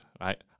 right